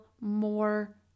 more